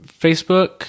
Facebook